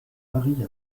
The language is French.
marie